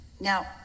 Now